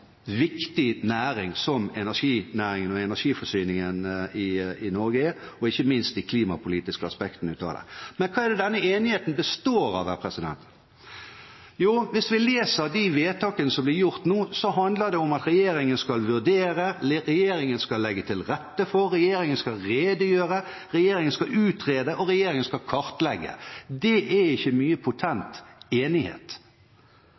viktig næring som energinæringen og energiforsyningen i Norge er, og ikke minst de klimapolitiske aspektene av det. Men hva består denne enigheten av? Hvis vi leser de vedtakene som blir gjort nå, handler det om at regjeringen skal vurdere, legge til rette for, redegjøre, utrede og kartlegge. Det er ikke mye